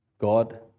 God